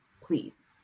please